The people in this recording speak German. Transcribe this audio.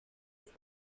ist